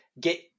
get